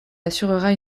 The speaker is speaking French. assurera